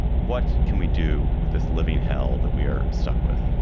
what can we do with this living hell that we are stuck with?